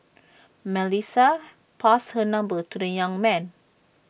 Melissa passed her number to the young man